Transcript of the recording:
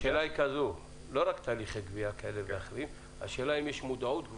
השאלה היא כזו: האם יש מודעות?